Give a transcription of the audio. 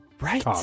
Right